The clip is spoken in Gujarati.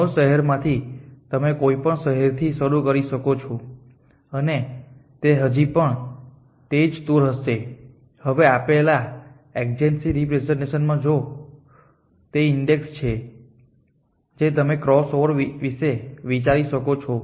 9 શહેરોમાંથી તમે કોઈ પણ શહેર થી શરૂ કરી શકો છે અને તે હજી પણ તે જ ટૂર હશે હવે આપેલા એડજેસન્સી રિપ્રેસેંટેશનમાં તો તે ઈન્ડેક્સ છે જે તમે ક્રોસઓવર વિશે વિચારી શકો છો